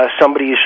somebody's